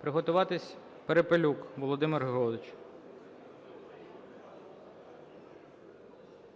Приготуватись – Перепелюк Володимир Григорович.